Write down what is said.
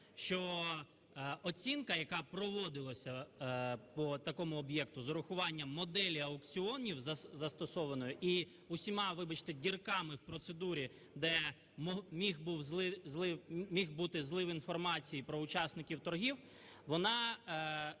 що оцінка, яка проводилася по такому об'єкту з урахуванням моделі аукціонів застосованої, і усіма, вибачте, дірками в процедурі, де міг бути злив інформації про учасників торгів, вона